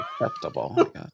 acceptable